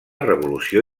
revolució